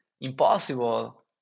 impossible